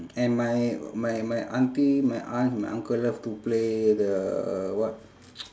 and my my my auntie my aunt my uncle love to play the what